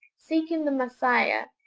seeking the messiah,